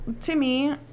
Timmy